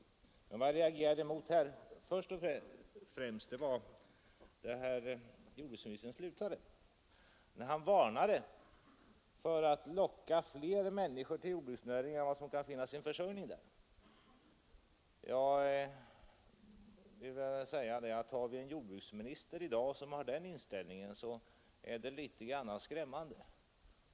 Vad jag främst reagerade mot var jordbruksministerns avslutande varning för att locka fler människor till jordbruksnäringarna än som kan finna sin försörjning där. Har vi en jordbruksminister i dag med den inställningen, så är det litet skrämmande.